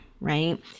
right